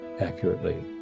accurately